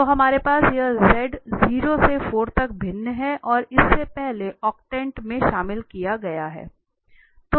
तो हमारे पास यह Z 0 से 4 तक भिन्न है और इसे पहले ऑक्टेंट में शामिल किया गया है